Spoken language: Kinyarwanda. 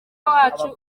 wacu